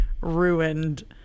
ruined